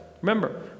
Remember